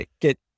get